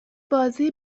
بازی